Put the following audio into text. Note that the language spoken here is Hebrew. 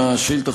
תודה על השאילתה,